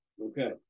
okay